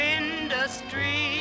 industry